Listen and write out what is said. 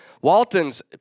Walton's